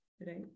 right